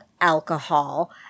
alcohol